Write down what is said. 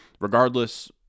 regardless